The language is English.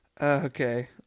Okay